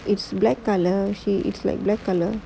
like black colour she it's like black colour